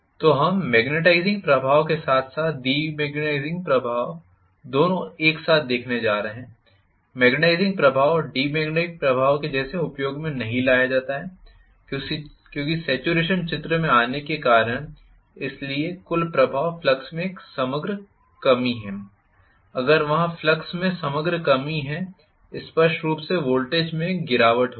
तो हम मैग्नेटाइजिंग प्रभाव के साथ साथ डिमैग्नेटाइजिंग दोनों प्रभाव देखने जा रहे हैं मैग्नेटाइजिंग प्रभाव डिमैग्नेटाइजिंग प्रभाव के जैसे उपयोग में नही लाया जाता हैं क्योंकि सेचुरेशन चित्र में आने के कारण इसलिए कुल प्रभाव फ्लक्स में एक समग्र कमी है अगर वहाँ फ्लक्स में समग्र कमी है स्पष्ट रूप से वोल्टेज में एक गिरावट होगी